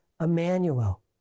Emmanuel